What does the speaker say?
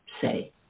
say